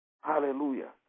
Hallelujah